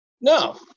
No